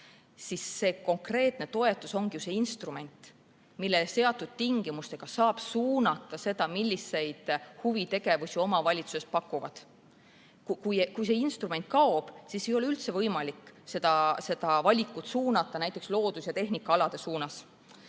siis see konkreetne toetus ongi ju instrument, mille seatud tingimustega saab suunata seda, milliseid huvitegevusi omavalitsused pakuvad. Kui see instrument kaob, siis ei ole üldse võimalik seda valikut suunata näiteks loodus- ja tehnikaalade suunas.